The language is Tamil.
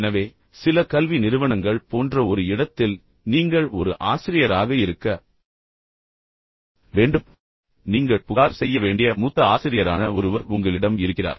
எனவே சில கல்வி நிறுவனங்கள் போன்ற ஒரு இடத்தில் நீங்கள் ஒரு ஆசிரியராக இருக்க வேண்டும் எனவே நீங்கள் புகார் செய்ய வேண்டிய மூத்த ஆசிரியரான ஒருவர் உங்களிடம் இருக்கிறார்